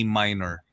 minor